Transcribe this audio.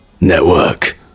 network